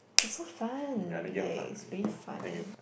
but so fun like is really fun eh